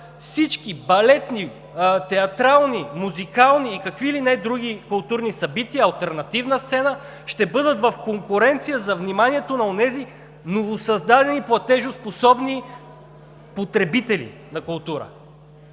всички балетни, театрални, музикални и какви ли не други културни събития, алтернативна сцена, ще бъдат в конкуренция за вниманието на онези новосъздадени, платежоспособни потребители на култура.